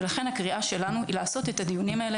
ולכן הקריאה שלנו לעשות את הדיונים האלה